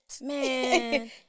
Man